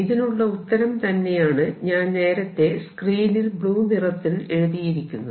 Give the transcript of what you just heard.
ഇതിനുള്ള ഉത്തരം തന്നെയാണ് ഞാൻ നേരത്തെ സ്ക്രീനിൽ ബ്ലൂ നിറത്തിൽ എഴുതിയിരിക്കുന്നത്